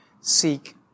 seek